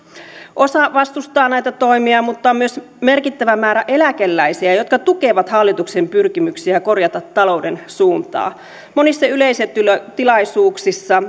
osa vastustaa näitä toimia mutta on myös merkittävä määrä eläkeläisiä jotka tukevat hallituksen pyrkimyksiä korjata talouden suuntaa monissa yleisötilaisuuksissa